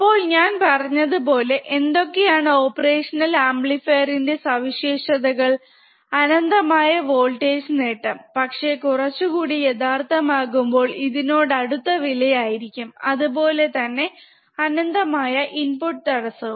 അപ്പോൾ ഞാൻ പറഞ്ഞത്പോലെ എന്തൊക്കെയാണ് ഓപ്പറേഷണൽ അമ്പ്ലിഫീരിന്റെ സവിശേഷതകൾ അനന്തമായ വോൾടേജ് നേട്ടം പക്ഷെ കുറച്ചുകൂടി യഥാർത്ഥമാകുമ്പോൾ ഇതിനോട് അടുത്ത വില ആയിരിക്കും അത്പോലെ തന്നെ അനന്തമായ ഇൻപുട് തടസവും